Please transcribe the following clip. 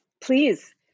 please